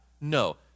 No